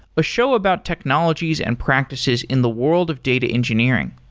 a show about technologies and practices in the world of data engineering.